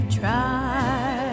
try